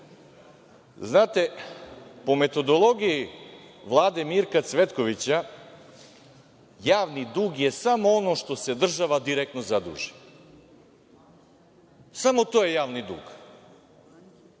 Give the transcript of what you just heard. Znate, po metodologiji Vlade Mirka Cvetkovića javni dug je samo ono što se država direktno zaduži, samo to je javni dug,